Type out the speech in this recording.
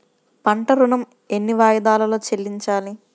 పంట ఋణం ఎన్ని వాయిదాలలో చెల్లించాలి?